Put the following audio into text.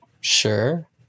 Sure